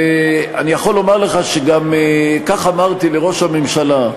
ואני יכול לומר לך שכך גם אמרתי לראש הממשלה,